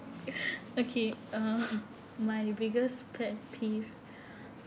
okay uh my biggest pet peeve